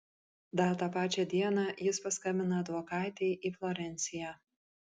dar tą pačią dieną jis paskambina advokatei į florenciją